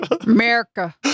America